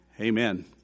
Amen